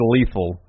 Lethal